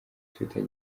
twitter